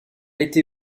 été